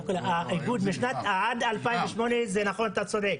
לא, עד 2008 זה נכון, אתה צודק.